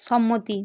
সম্মতি